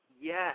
Yes